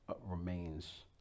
remains